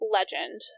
Legend